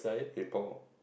hey Paul